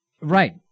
Right